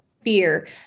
fear